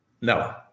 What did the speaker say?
No